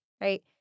right